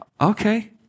Okay